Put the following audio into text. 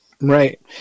Right